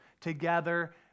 together